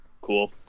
Cool